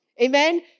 Amen